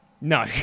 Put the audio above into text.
No